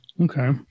okay